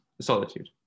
solitude